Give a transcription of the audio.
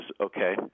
okay